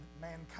mankind